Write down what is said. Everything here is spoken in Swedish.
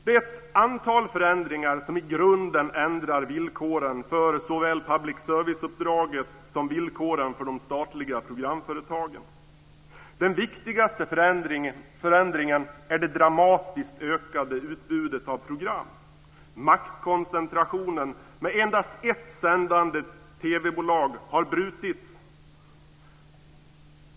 Det är ett antal förändringar som i grunden ändrar vilkkoren för såväl public service-uppdraget som villkoren för de statliga programföretagen. Den viktigaste förändringen är det dramatiskt ökade utbudet av program. Maktkoncentrationen med endast ett sändande TV-bolag har brutits.